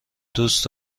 دوست